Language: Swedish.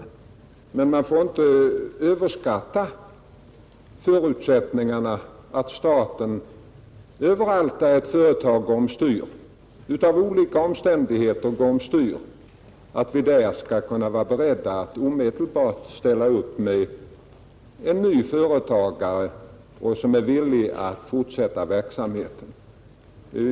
Men man får inte överskatta förutsättningarna för att staten överallt där företag av olika omständigheter går om styr skall kunna vara beredd att omedelbart ställa upp med en ny företagare, som är villig att fortsätta verksamheten.